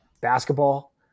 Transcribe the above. basketball